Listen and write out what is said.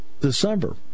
December